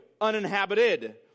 uninhabited